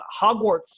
Hogwarts